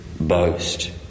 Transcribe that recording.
boast